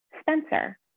Spencer